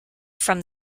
from